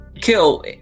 Kill